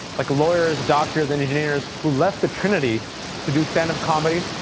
like lawyers, doctors, and engineers, who left the trinity to do stand-up comedy.